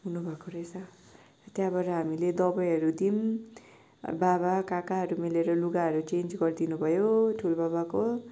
हुनुभएको रहेछ त्यहाँबाट हामीले दबाईहरू दियौँ बाबा काकाहरू मिलेर लुगाहरू चेन्ज गरिदिनुभयो ठलोबाबाको